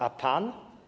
A pan?